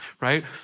right